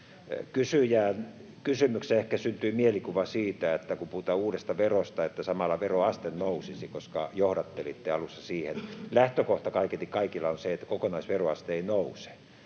kysymyksestä ehkä syntyi mielikuva siitä, että kun puhutaan uudesta verosta, niin samalla veroaste nousisi, koska johdattelitte alussa siihen. Lähtökohta kaiketi kaikilla on se, että kokonaisveroaste ei nouse,